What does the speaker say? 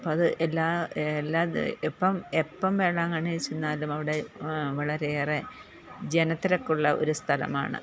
അപ്പോള് അത് എല്ലാ എല്ലാ എപ്പോള് എപ്പോള് വേളാങ്കണ്ണിയില് ചെന്നാലും അവിടെ വളരെയേറെ ജനത്തിരക്കുള്ള ഒരു സ്ഥലമാണ്